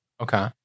Okay